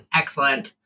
excellent